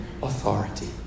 Authority